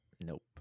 Nope